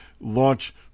Launch